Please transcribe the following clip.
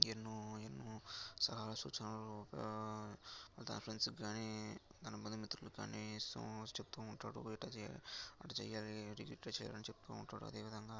ఎన్నో ఎన్నో సలహా సూచనలు రిఫరెన్సు కానీ తన బందుమిత్రులకి కానీ సో మచ్ చెప్తు ఉంటాడు ఇట్ట అట్టా చేయాలి ఇట్టా చేయాలి అని చెప్తా ఉంటాడు అదే విధంగా